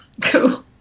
cool